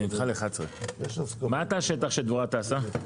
מה תא שטח שדבורה טסה?